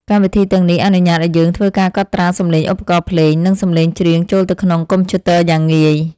កម្មវិធីទាំងនេះអនុញ្ញាតឱ្យយើងធ្វើការកត់ត្រាសំឡេងឧបករណ៍ភ្លេង និង សំឡេងច្រៀងចូលទៅក្នុងកុំព្យូទ័រយ៉ាងងាយ។